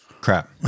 Crap